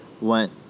went